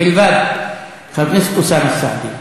מלבד חבר הכנסת אוסאמה סעדי,